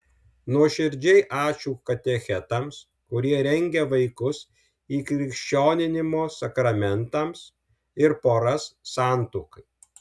nuoširdžiai ačiū katechetams kurie rengia vaikus įkrikščioninimo sakramentams ir poras santuokai